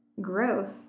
growth